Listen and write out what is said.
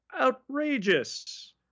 outrageous